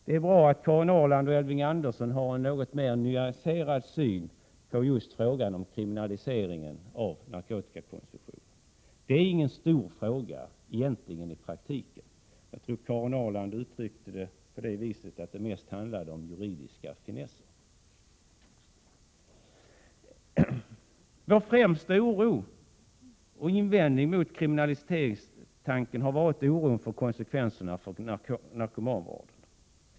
Det är bra att Karin Ahrland och Elving Andersson har en något mer nyanserad syn på frågan om kriminalisering av narkotikakonsumtion än Jerry Martinger har. Det är ingen stor fråga i praktiken. Jag tror att Karin Ahrland uttryckte det så att det mest handlar om juridiska finesser. Vår främsta invändning mot kriminaliseringstanken har varit oron för konsekvenser när det gäller narkomanvården.